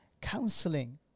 Counseling